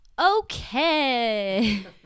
okay